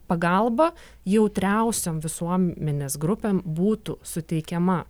pagalba jautriausiom visuomenės grupėm būtų suteikiama